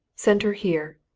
send her here.